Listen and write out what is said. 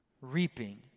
Reaping